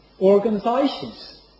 organizations